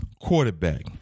quarterback